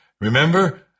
Remember